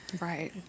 Right